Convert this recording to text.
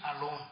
alone